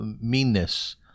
meanness